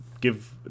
give